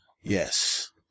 Yes